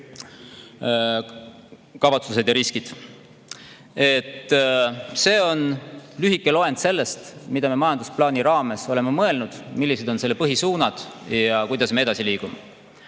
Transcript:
kavatsused ja riskid. See on lühike loend sellest, mida me majandusplaani raames oleme mõelnud, millised on selle põhisuunad ja kuidas me edasi liigume.